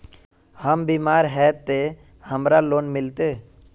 हम बीमार है ते हमरा लोन मिलते?